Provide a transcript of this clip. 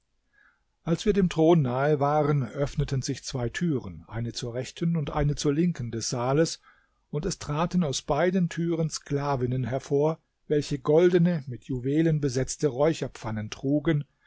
als wir dem thron nahe waren öffneten sich zwei türen eine zur rechten und eine zur linken des saales und es traten aus beiden türen sklavinnen hervor welche goldene mit juwelen besetzte räucherpfannen trugen